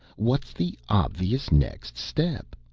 what's the obvious next step?